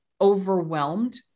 overwhelmed